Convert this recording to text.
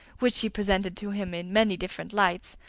which she presented to him in many different lights,